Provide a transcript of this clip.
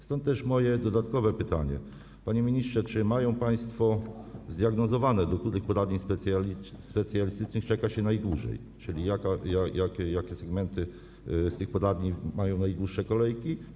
Stąd też moje dodatkowe pytanie: Panie ministrze, czy mają państwo zdiagnozowane, do których poradni specjalistycznych czeka się najdłużej, czyli w jakich segmentach tych poradni są najdłuższe kolejki?